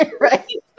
Right